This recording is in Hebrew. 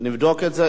נבדוק את זה.